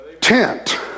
tent